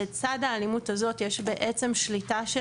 לצד האלימות הזאת יש בעצם שליטה של